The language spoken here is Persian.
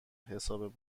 حساب